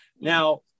Now